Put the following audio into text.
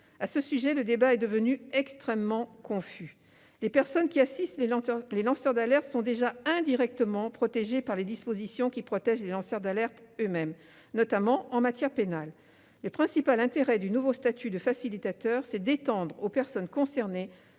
À ce sujet, le débat est devenu extrêmement confus. Les personnes qui assistent les lanceurs d'alerte sont déjà indirectement protégées par les dispositions qui protègent les lanceurs d'alerte eux-mêmes, notamment en matière pénale. Le principal intérêt du nouveau statut de facilitateur, c'est d'étendre aux personnes concernées